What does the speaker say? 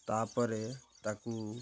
ତା'ପରେ ତାକୁ